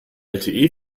lte